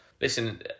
listen